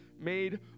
made